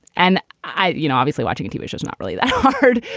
and i, you know, obviously watching tv shows, not really that hard.